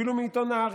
אפילו מעיתון הארץ.